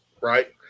right